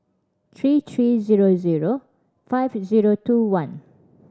three three zero zero five zero two one